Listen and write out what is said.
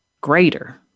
greater